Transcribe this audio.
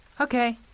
Okay